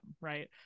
right